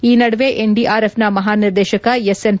ಈ ನಡುವೆ ಎನ್ಡಿಆರ್ಎಫ್ನ ಮಹಾನಿರ್ದೇಶಕ ಎಸ್ಎನ್